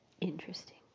Interesting